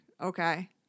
Okay